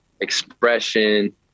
expression